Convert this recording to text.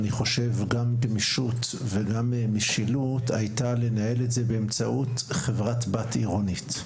גם גמישות וגם משילות הייתה לנהל את זה באמצעות חברת בת עירונית.